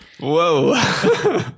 Whoa